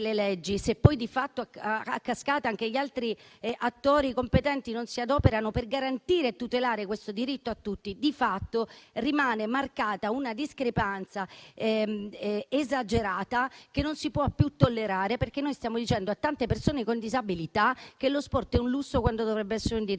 se poi di fatto a cascata anche gli altri attori competenti non si adoperano per garantire e tutelare questo diritto a tutti, di fatto rimane marcata una discrepanza esagerata, che non si può più tollerare. Stiamo dicendo a tante persone con disabilità che lo sport è un lusso, quando dovrebbe essere un diritto,